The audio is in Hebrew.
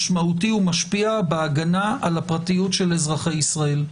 משמעותי ומשפיע בהגנה על הפרטיות של אזרחי ישראל.